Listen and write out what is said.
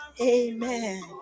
Amen